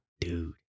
dude